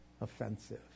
Offensive